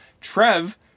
Trev